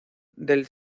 del